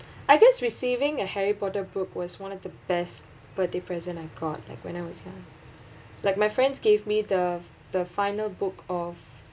I guess receiving a harry potter book was one of the best birthday present I got like when I was young like my friends gave me the the final book of